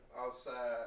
outside